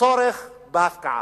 הצורך בהפקעה,